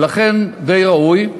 ולכן, די ראוי.